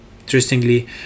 Interestingly